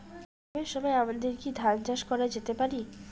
গরমের সময় আমাদের কি ধান চাষ করা যেতে পারি?